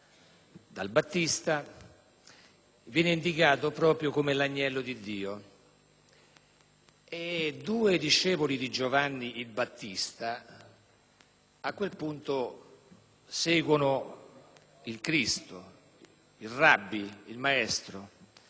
dal Battista, viene indicato proprio come l'Agnello di Dio. Due discepoli di Giovanni il Battista, a quel punto, seguono il Cristo, il rabbì (che